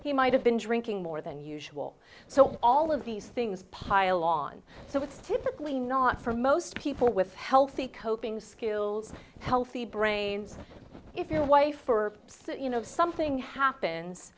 he might have been drinking more than usual so all of these things pile on so with typically not for most people with healthy coping skills and healthy brains if your wife or you know something happens